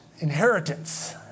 inheritance